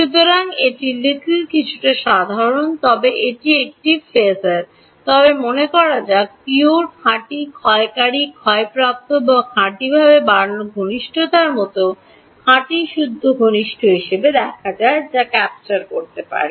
সুতরাং এটি little কিছুটা সাধারণ তবে এজট একটি ফাসর তবে মনে করা pure খাঁটি ক্ষয়কারী ক্ষয়প্রাপ্ত বা খাঁটিভাবে বাড়ানো ঘনিষ্ঠতার মতো খাঁটি শুদ্ধ ঘনিষ্ঠ হিসাবে দেখা যায় যা ক্যাপচার করতে পারে